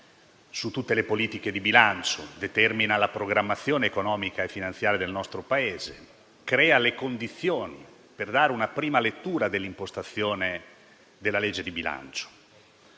su tutte le politiche di bilancio; determina la programmazione economica e finanziaria del nostro Paese; crea le condizioni per dare una prima lettura dell'impostazione della legge di bilancio.